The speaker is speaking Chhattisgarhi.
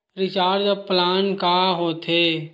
रिचार्ज प्लान का होथे?